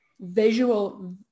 visual